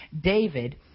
David